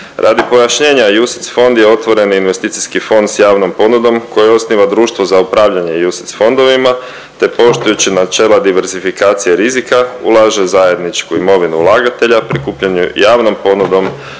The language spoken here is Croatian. Radi pojašnjenja UCITS je otvoreni investicijski fond s javnom ponudom koju osniva društvo za upravljanje UCITS fondovima te poštujući načela diverzifikacije rizika ulaže u zajedničku imovinu ulagatelja prikupljanjem javnom ponudom